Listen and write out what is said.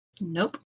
Nope